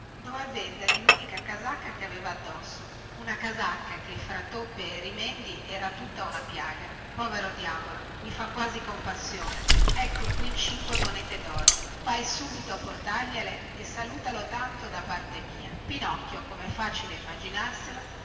dové vendere lunica casacca che aveva addosso una casacca che fra toppe e rimendi era tutta una piaga povero diavolo i fa quasi compassione ecco qui cinque monete doro vai subito a portargliele e salutalo tanto da parte mia pinocchio comè facile immaginarselo